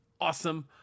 awesome